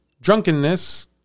drunkenness